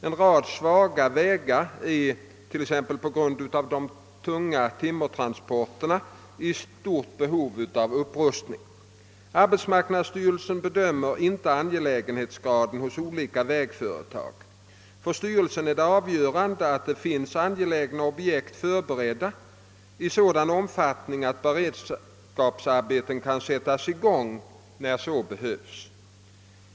En rad svaga vägar är t.ex. på grund av Arbetsmarknadsstyrelsen bedömer inte angelägenhetsgraden hos olika vägföretag. För styrelsen är det avgörande att det finns angelägna projekt förberedda i sådan omfattning att beredskapsarbeten kan sättas i gång när så behövs.